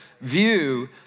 view